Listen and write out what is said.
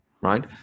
right